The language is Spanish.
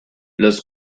los